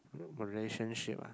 re~ relationship ah